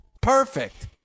Perfect